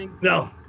No